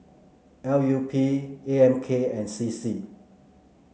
L U P A M K and C C